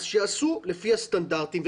אז שיעשו לפי הסטנדרטים,